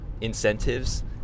incentives